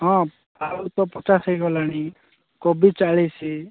ହୁଁ ଆଳୁ ତ ପଚାଶ ହେଇଗଲାଣି କୋବି ଚାଳିଶ